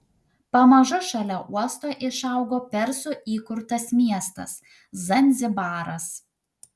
pamažu šalia uosto išaugo persų įkurtas miestas zanzibaras